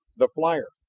the flyer!